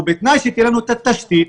ובתנאי שתהיה לנו את התשתית.